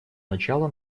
начала